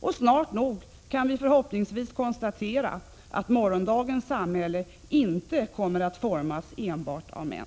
Och snart nog kan vi förhoppningsvis konstatera att morgondagens samhälle inte kommer att formas enbart av män.